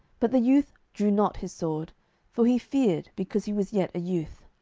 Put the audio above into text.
but the youth drew not his sword for he feared, because he was yet a youth.